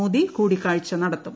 മോദി കൂടിക്കാഴ്ച നടത്തും